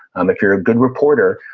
um if you're a good reporter,